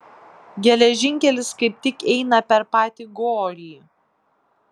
geležinkelis kaip tik eina per patį gorį